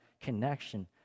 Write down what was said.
connection